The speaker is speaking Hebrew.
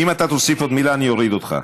אם תוסיף עוד מילה, אני אוריד אותך.